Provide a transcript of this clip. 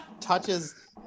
touches